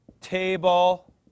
table